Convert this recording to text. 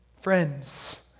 Friends